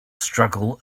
struggle